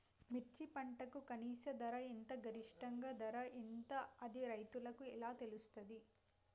మిర్చి పంటకు కనీస ధర ఎంత గరిష్టంగా ధర ఎంత అది రైతులకు ఎలా తెలుస్తది?